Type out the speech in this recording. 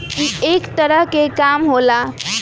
ई एक तरह के काम होला